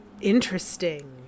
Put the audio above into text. Interesting